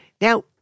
Now